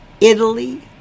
Italy